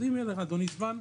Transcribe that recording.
אז אם יהיה לך אדוני זמן,